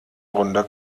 runde